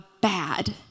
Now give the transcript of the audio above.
bad